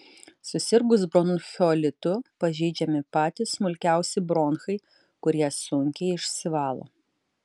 susirgus bronchiolitu pažeidžiami patys smulkiausi bronchai kurie sunkiai išsivalo